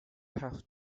have